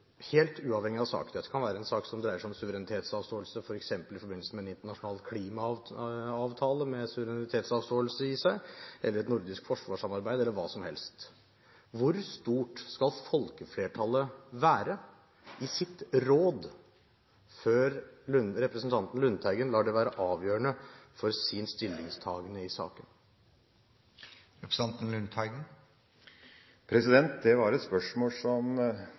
helt uavhengig av sak – dette kan være en sak som dreier seg om suverenitetsavståelse, f.eks. i forbindelse med en internasjonal klimaavtale med suverenitetsavståelse i seg, et nordisk forsvarssamarbeid, eller hva som helst – hvor stort skal folkeflertallet være i sitt råd før representanten Lundteigen lar det være avgjørende for sin stillingtagen i saken? Det var et spørsmål som